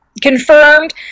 confirmed